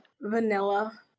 vanilla